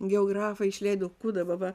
geografai išleido kudababa